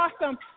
awesome